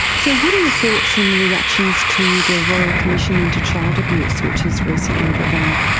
so what are your thoughts and reactions to the royal commission into child abuse which has recently begun?